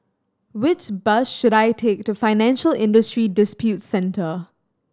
which bus should I take to Financial Industry Disputes Center